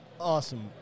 Awesome